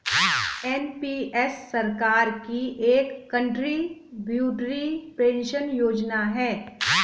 NPS सरकार की एक कंट्रीब्यूटरी पेंशन योजना है